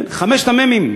חמש המ"מים: